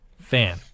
fan